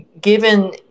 given